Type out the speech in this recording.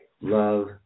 Love